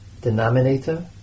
denominator